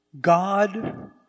God